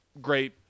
great